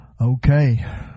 Okay